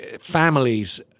families